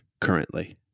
currently